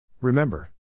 Remember